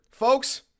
Folks